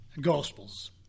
Gospels